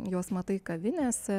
juos matai kavinėse